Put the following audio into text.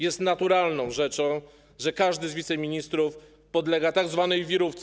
Jest naturalną rzeczą, że każdy z wiceministrów podlega tzw. wirówce.